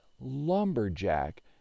Lumberjack